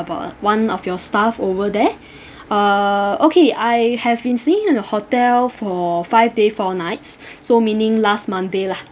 about uh one of your staff over there uh okay I have been staying in the hotel for five day four nights so meaning last monday lah